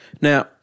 Now